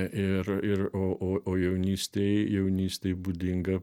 ir ir o o jaunystėj jaunystėj būdinga